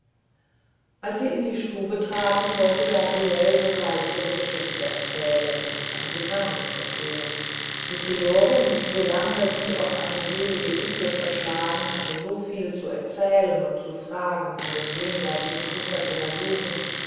als sie in die stube traten wollte gabriele sogleich ihre geschichte erzählen aber sie kam nicht dazu die priorin so lange wie auf eine selige insel verschlagen hatte so viel zu erzählen und zu fragen von dem jenseitigen ufer ihrer jugend